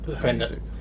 friend